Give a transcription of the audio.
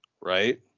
right